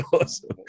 awesome